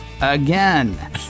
Again